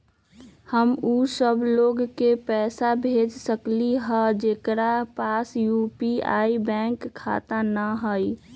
हम उ सब लोग के पैसा भेज सकली ह जेकरा पास यू.पी.आई बैंक खाता न हई?